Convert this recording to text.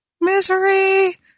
Misery